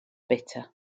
bitter